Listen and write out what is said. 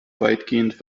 weitgehend